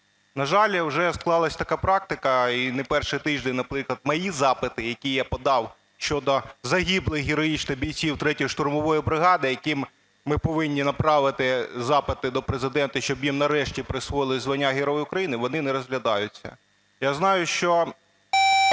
На жаль, вже склалася така практика і не перший тиждень, наприклад, мої запити, які я подав щодо загиблих героїчно бійців 3-ї штурмової бригади, які ми повинні направити запити до Президента, щоб їм нарешті присвоїли звання Герой України, вони не розглядаються. Я знаю, що